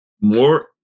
more